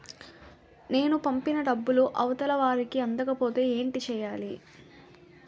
నేను పంపిన డబ్బులు అవతల వారికి అందకపోతే ఏంటి చెయ్యాలి?